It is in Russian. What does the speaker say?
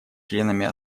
членами